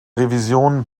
revision